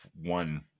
one